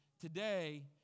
today